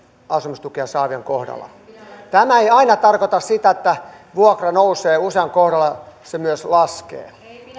asumistukea saavien kanssa tämä ei aina tarkoita sitä että vuokra nousee usean kohdalla se myös laskee